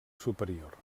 superior